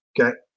Okay